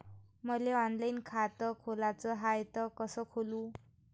मले ऑनलाईन खातं खोलाचं हाय तर कस खोलू?